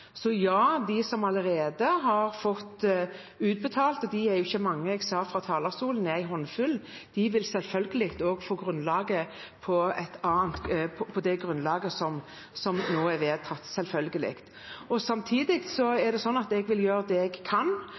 Så ja, de som allerede har fått utbetaling – de er jo ikke mange, jeg sa fra talerstolen at det er en håndfull – vil selvfølgelig også få det på det grunnlaget som nå er vedtatt. Samtidig vil jeg gjøre det jeg kan for at en skal komme til en ordning som gjør at vi kan få utbetalt det